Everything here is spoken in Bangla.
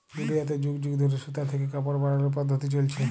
দুলিয়াতে যুগ যুগ ধইরে সুতা থ্যাইকে কাপড় বালালর পদ্ধতি চইলছে